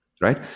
right